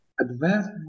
advanced